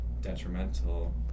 detrimental